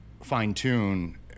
fine-tune